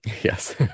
Yes